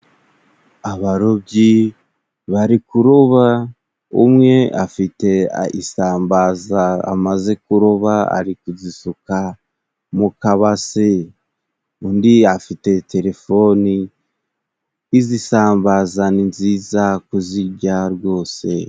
Abarobyi bari kuroba umwe afite isambaza amaze kuroba ari kuzisuka mu mu kabase undi afite telefoni, izi sambaza ni nziza kuzirya rwose.